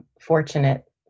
fortunate